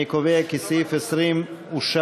אני קובע כי סעיף 20 אושר,